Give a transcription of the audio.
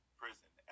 prison